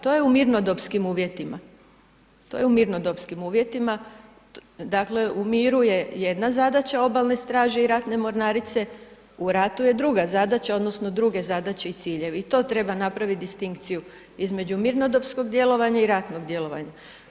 To je u mirnodopskim uvjetima, to je u mirnodopskim uvjetima, dakle u miru je jedna zadaća obalne straže i ratne mornarice, u ratu je druga zadaća odnosno druge zadaće i ciljevi i to treba napraviti distinkciju između mirnodopskog djelovanja i ratnog djelovanja.